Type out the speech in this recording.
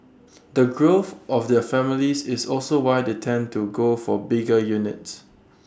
the growth of their families is also why they tend to go for bigger units